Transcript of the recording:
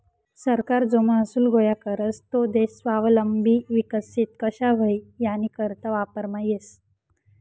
सरकार जो महसूल गोया करस तो देश स्वावलंबी विकसित कशा व्हई यानीकरता वापरमा येस